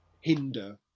hinder